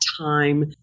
time